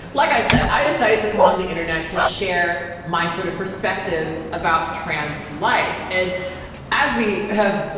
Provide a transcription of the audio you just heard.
like i said, i decided to come on the internet to share my sort of perspectives about trans life. and as we have,